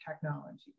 technologies